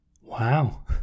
Wow